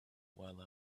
while